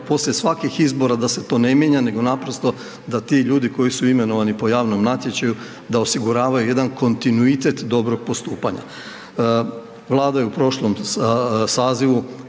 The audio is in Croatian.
poslije svakih izbora da se to ne mijenja, nego naprosto da ti ljudi koji su imenovani po javnom natječaju, da osiguravaju jedan kontinuitet dobrog postupanja. Vlada je u prošlom sazivu